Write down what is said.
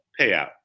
payout